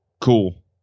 cool